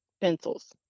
pencils